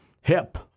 hip